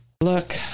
Look